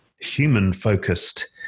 human-focused